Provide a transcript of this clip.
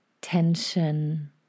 tension